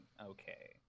Okay